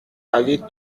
allez